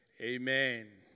Amen